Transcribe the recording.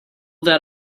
that